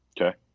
okay